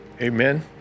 Amen